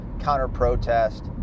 counter-protest